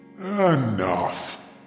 Enough